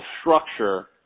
structure